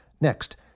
Next